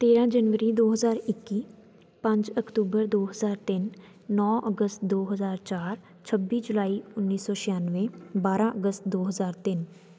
ਤੇਰ੍ਹਾਂ ਜਨਵਰੀ ਦੋ ਹਜ਼ਾਰ ਇੱਕੀ ਪੰਜ ਅਕਤੂਬਰ ਦੋ ਹਜ਼ਾਰ ਤਿੰਨ ਨੌ ਅਗਸਤ ਦੋ ਹਜ਼ਾਰ ਚਾਰ ਛੱਬੀ ਜੁਲਾਈ ਉੱਨੀ ਸੌ ਛਿਆਨਵੇਂ ਬਾਰ੍ਹਾਂ ਅਗਸਤ ਦੋ ਹਜ਼ਾਰ ਤਿੰਨ